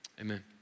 amen